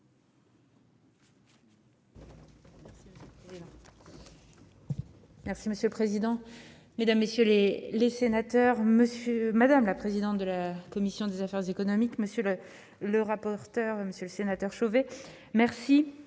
Merci monsieur le président, Mesdames, messieurs les les sénateurs, monsieur, madame la présidente de la commission des affaires économiques, monsieur le le rapporteur, Monsieur le Sénateur Chauvet, merci,